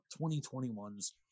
2021's